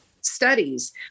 studies